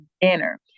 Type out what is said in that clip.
dinner